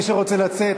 מי שרוצה לצאת,